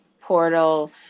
portal